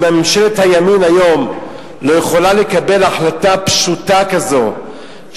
אם ממשלת הימין היום לא יכולה לקבל החלטה פשוטה כזאת,